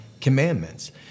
commandments